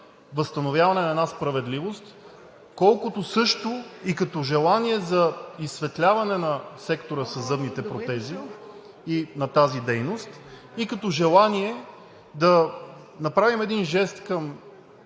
възстановяване на една справедливост, също и като желание за изсветляване на сектора със зъбните протези и на тази дейност, и като желание да направим един жест към